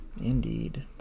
Indeed